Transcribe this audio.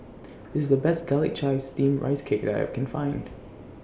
This IS The Best Garlic Chives Steamed Rice Cake that I Can Find